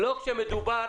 לא כשמדובר